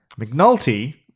McNulty